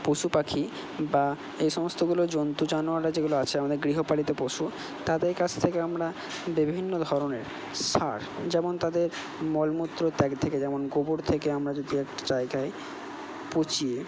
পশুপাখি বা এই সমস্তগুলো জন্তু জানোয়াররা যেগুলো আছে আমাদের গৃহপালিত পশু তাদের কাছ থেকে আমরা বিভিন্ন ধরনের সার যেমন তাদের মলমূত্র ত্যাগ থেকে যেমন গোবর থেকে আমরা যদি একটা জায়গায় পচিয়ে